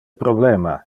problema